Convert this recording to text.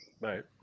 right